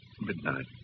midnight